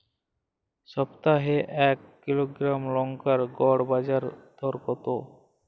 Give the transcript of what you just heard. সপ্তাহে এক কিলোগ্রাম লঙ্কার গড় বাজার দর কতো?